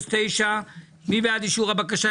67009, מי בעד אישור הבקשה?